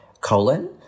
colon